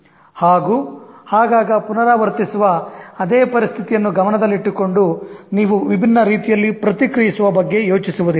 ಹಾಗೂ ಆಗಾಗ ಪುನರಾವರ್ತಿಸುವ ಅದೇ ಪರಿಸ್ಥಿತಿಯನ್ನು ಗಮನದಲ್ಲಿಟ್ಟುಕೊಂಡು ನೀವು ವಿಭಿನ್ನ ರೀತಿಯಲ್ಲಿ ಪ್ರತಿಕ್ರಿಯಿಸುವ ಬಗ್ಗೆ ಯೋಚಿಸುವುದಿಲ್ಲ